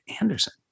Anderson